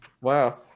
Wow